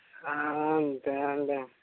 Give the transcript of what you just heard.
అంతే అండి